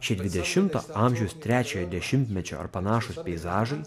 šie dvidešimto amžiaus trečiojo dešimtmečio ar panašūs peizažai